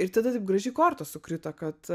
ir tada taip gražiai kortos sukrito kad